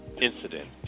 Incident